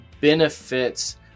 benefits